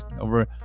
over